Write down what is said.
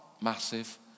massive